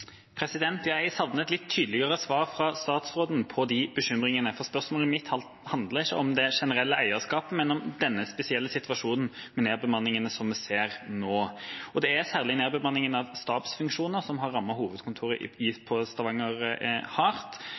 Jeg savner et litt tydeligere svar fra statsråden på de bekymringene, for spørsmålet mitt handler ikke om det generelle eierskapet, men om denne spesielle situasjonen med nedbemanningene som vi ser nå. Det er særlig nedbemanningen av stabsfunksjoner som har rammet hovedkontoret i Stavanger hardt. Statoil hadde for få år siden 6 000 ansatte i Stavanger,